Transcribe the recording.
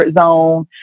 zone